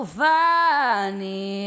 funny